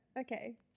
Okay